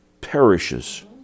perishes